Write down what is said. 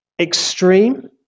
extreme